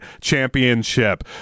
championship